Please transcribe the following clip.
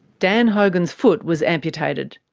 dan hogan's foot was amputated.